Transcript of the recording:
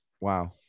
Wow